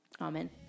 Amen